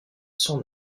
son